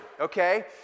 okay